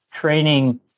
training